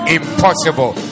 impossible